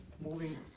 moving